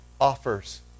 offers